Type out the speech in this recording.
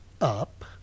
Up